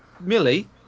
Millie